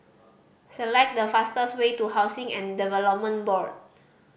select the fastest way to Housing and Development Board